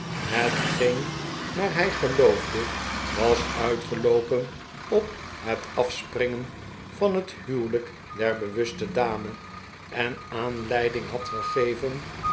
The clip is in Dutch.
hetgeen naar hij geloofde was uitgeloopen op het afspringen van het huwelijk der bewuste dame en aanleiding had gegeven